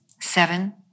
Seven